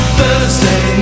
Thursday